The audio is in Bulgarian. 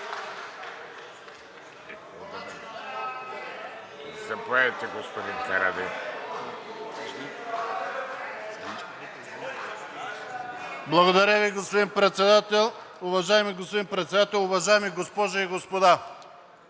Благодаря Ви, господин Председател. Уважаеми дами и господа